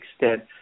extent